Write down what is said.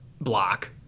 block